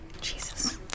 Jesus